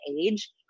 age